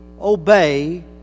obey